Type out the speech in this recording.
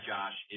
Josh